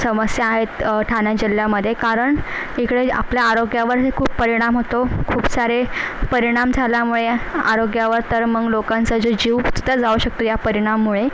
समस्या आहेत ठाण्या जिल्ह्यामध्ये कारण इकडे आपल्या आरोग्यावरही खूप परिणाम होतो खूप सारे परिणाम झाल्यामुळे आरोग्यावर तर मग लोकांचा जो जीवसुद्धा जाऊ शकतो ह्या परिणाममुळे